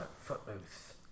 Footloose